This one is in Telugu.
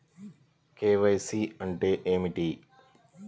కే.వై.సి అంటే ఏమిటి?